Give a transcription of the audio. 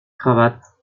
cravate